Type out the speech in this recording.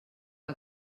que